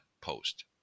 post